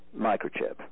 microchip